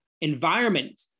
environment